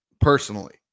personally